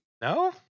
no